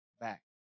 back